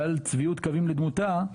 אבל צביעות קווים לדמותה,